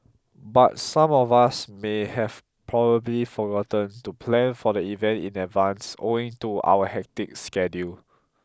but some of us may have probably forgotten to plan for the event in advance owing to our hectic schedule